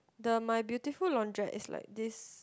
the My-Beautiful-Laundrette is like this